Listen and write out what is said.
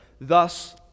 Thus